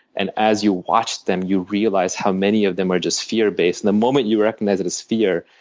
and as you watch them, you realize how many of them are just fear based and the moment you recognize it as fear,